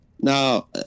Now